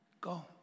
go